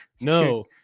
No